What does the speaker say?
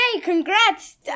congrats